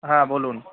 হ্যাঁ বলুন